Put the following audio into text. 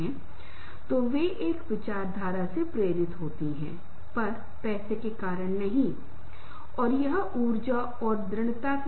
इस का अर्थ है कि कोई भी हमेशा सोच सकता है कि समय के साथ स्थिति बदल सकती है